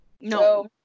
No